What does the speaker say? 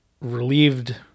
relieved